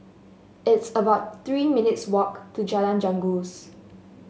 it's about Three minutes' walk to Jalan Janggus